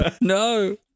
No